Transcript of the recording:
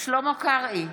שלמה קרעי,